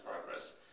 progress